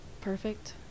perfect